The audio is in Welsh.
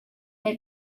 neu